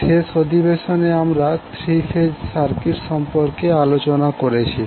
শেষ অধিবেশনে আমরা থ্রি ফেজ সার্কিট সম্পর্কে আলোচনা করেছি